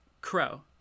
Crow